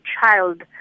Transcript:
child